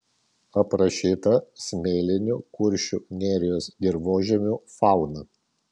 aprašyta smėlinių kuršių nerijos dirvožemių fauna